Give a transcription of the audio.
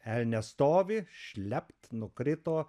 elnias stovi šlept nukrito